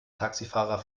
taxifahrer